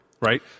right